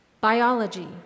Biology